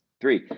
three